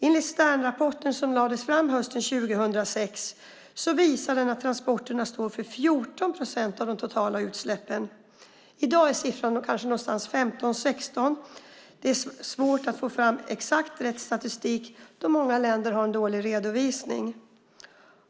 Enligt Sternrapporten som lades fram hösten 2006 står transporterna för 14 procent av de totala utsläppen. I dag står transporterna för 15-16 procent. Det är svårt att få fram exakt statistik då många länder har en dålig redovisning.